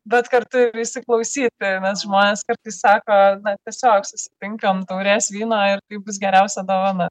bet kartu ir įsiklausyti nes žmonės kartais sako tiesiog susitinkam taurės vyno ir tai bus geriausia dovana